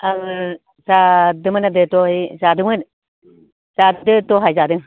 आङो जादोंमोन दे दहाय जादोंमोन जादों दहाय जादों